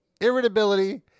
irritability